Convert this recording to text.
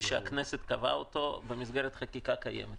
שהכנסת קבעה אותו במסגרת חקיקה קיימת.